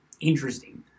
interesting